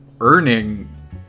earning